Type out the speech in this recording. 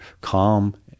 calm